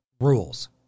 rules